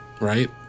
right